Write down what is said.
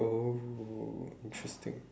oh interesting